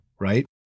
right